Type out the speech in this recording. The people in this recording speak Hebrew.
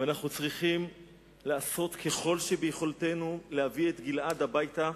ואנחנו צריכים לעשות כל שביכולתנו להביא את גלעד הביתה.